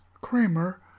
Kramer